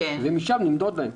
ומשם נמדוד להם.